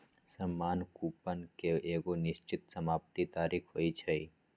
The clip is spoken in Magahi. सामान्य कूपन के एगो निश्चित समाप्ति तारिख होइ छइ